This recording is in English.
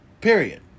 period